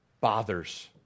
bothers